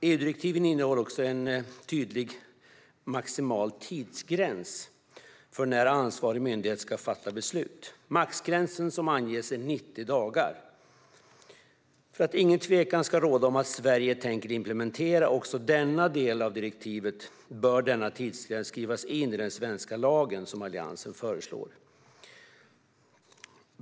EU-direktiven innehåller också en tydlig maximal tidsgräns för när ansvarig myndighet ska fatta beslut. Den maximala gräns som anges är 90 dagar. För att ingen tvekan ska råda om att Sverige tänker implementera också denna del av direktivet bör denna tidsgräns skrivas in i den svenska lagen, vilket Alliansen föreslår.